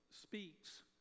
speaks